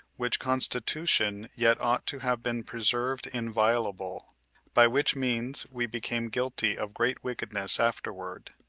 which constitution yet ought to have been preserved inviolable by which means we became guilty of great wickedness afterward,